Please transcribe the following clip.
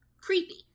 creepy